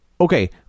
okay